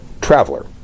Traveler